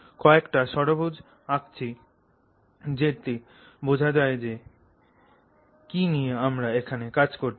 কয়েকটা ষড়ভুজ আঁকছি যাতে বোঝা যায় যে কি নিয়ে আমরা এখানে কাজ করছি